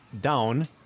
down